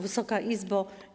Wysoka Izbo!